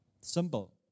simple